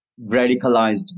radicalized